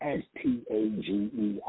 stage